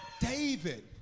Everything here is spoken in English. David